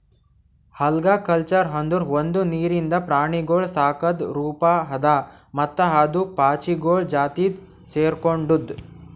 algaculture ಅಂದುರ್ ಒಂದು ನೀರಿಂದ ಪ್ರಾಣಿಗೊಳ್ ಸಾಕದ್ ರೂಪ ಅದಾ ಮತ್ತ ಅದು ಪಾಚಿಗೊಳ್ ಜಾತಿಗ್ ಸೆರ್ಕೊಂಡುದ್